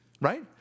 Right